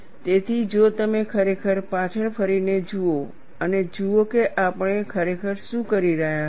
તેથી જો તમે ખરેખર પાછળ ફરીને જુઓ અને જુઓ કે આપણે ખરેખર શું કહી રહ્યા હતા